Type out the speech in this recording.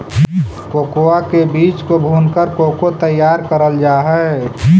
cocoa के बीज को भूनकर कोको तैयार करल जा हई